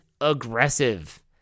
aggressive